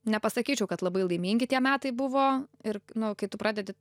nepasakyčiau kad labai laimingi tie metai buvo ir nu kai tu pradedi